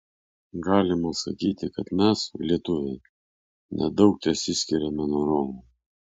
galima sakyti kad mes lietuviai nedaug tesiskiriame nuo romų